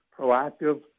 proactive